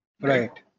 Right